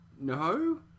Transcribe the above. no